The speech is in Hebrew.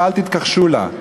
ואל תתכחשו לה.